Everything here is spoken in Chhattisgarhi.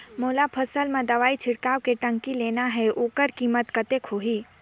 मोला फसल मां दवाई छिड़काव के टंकी लेना हे ओकर कीमत कतेक होही?